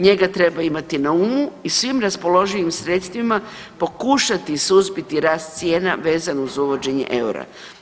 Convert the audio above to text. Njega treba imati na umu i svim raspoloživim sredstvima pokušati suzbiti rast cijena vezan uz uvođenje eura.